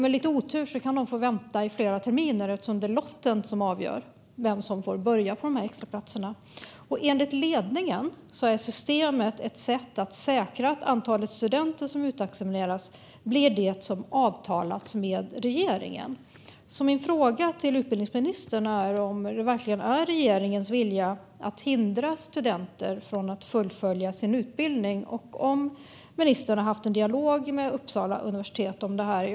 Med lite otur kan de få vänta i flera terminer eftersom det är lotten som avgör vem som får börja på de här extraplatserna. Enligt ledningen är systemet ett sätt att säkra att antalet studenter som utexamineras blir det som avtalats med regeringen. Min fråga till utbildningsministern är om det verkligen är regeringens vilja att hindra studenter från att fullfölja sin utbildning och om ministern har haft en dialog med Uppsala universitet om det här.